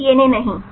कोई डीएनए नहीं